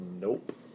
Nope